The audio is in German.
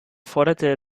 forderte